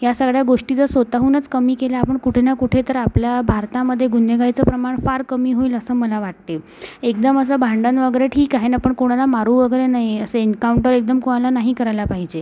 या सगळ्या गोष्टी जर स्वतःहूनच कमी केल्या आपण कुठे ना कुठे तर आपल्या भारतामध्ये गुन्हेगारीचं प्रमाण फार कमी होईल असं मला वाटते एकदा माझं भांडण वगैरे ठीक आहे ना पण कोणाला मारू वगैरे नाही असे एन्काऊंटर एकदम कोणाला नाही करायला पाहिजे